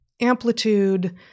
amplitude